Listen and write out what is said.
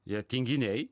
jie tinginiai